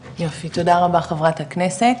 יופי, תודה רבה חברת הכנסת,